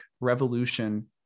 revolution